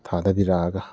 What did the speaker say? ꯊꯥꯗꯕꯤꯔꯛꯑꯒ